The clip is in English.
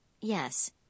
Yes